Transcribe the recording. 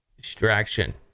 distraction